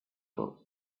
books